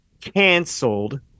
canceled